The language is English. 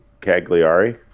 Cagliari